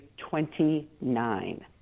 29